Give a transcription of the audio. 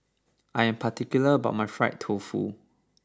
I am particular about my Fried Tofu